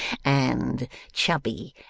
and chubby,